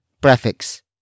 prefix